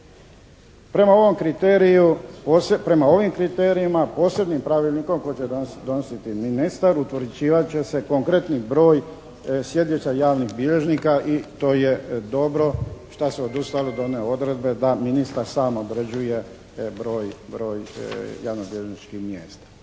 Prema ovim kriterijima posebnim pravilnikom koji će donositi ministar utvrđivat će se konkretni broj sjedišta javnih bilježnika i to je dobro šta se odustalo od one odredbe da ministar sam određuje broj javnobilježničkih mjesta.